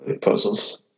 Puzzles